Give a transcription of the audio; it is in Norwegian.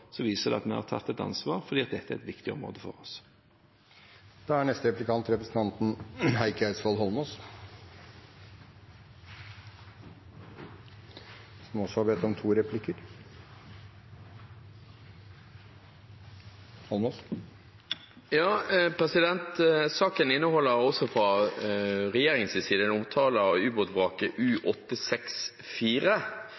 år, viser det at vi har tatt ansvar, for dette er et viktig område for oss. Saken inneholder, også fra regjeringens side, en omtale av